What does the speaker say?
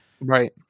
Right